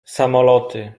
samoloty